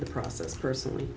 the process personally